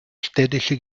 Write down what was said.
städtische